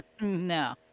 No